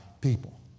people